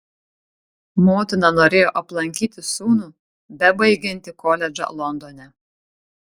motina norėjo aplankyti sūnų bebaigiantį koledžą londone